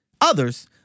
Others